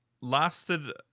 lasted